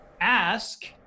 ask